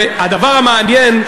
והדבר המעניין,